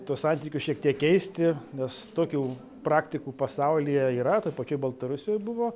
tuos santykius šiek tiek keisti nes tokių praktikų pasaulyje yra toj pačioj baltarusijoj buvo